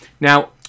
Now